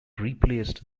replaced